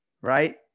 Right